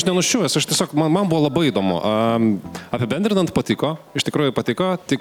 aš nenuščiuvęs aš tiesiog man man buvo labai įdomu am apibendrinant patiko iš tikrųjų patiko tik